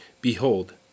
Behold